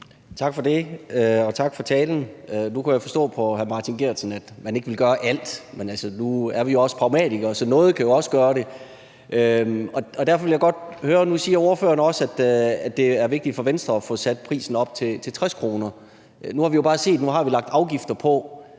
og tak for talen. Nu kunne jeg forstå på hr. Martin Geertsen, at man ikke vil gøre alt, men altså, nu er vi jo også pragmatikere, så noget kan også gøre det. Nu siger ordføreren også, at det er vigtigt for Venstre at få sat prisen op til 60 kr. Nu har vi jo bare set, at nu, hvor vi har lagt afgifter på,